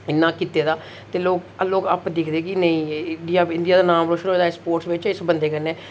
इन्ना कीते दा ते लोग लोग दिखदे कि नेई इंडिया दा नाम रोशन होए दा स्पोर्ट्स बिच इस बंदे कन्नै